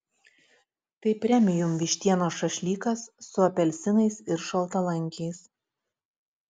tai premium vištienos šašlykas su apelsinais ir šaltalankiais